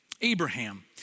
Abraham